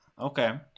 okay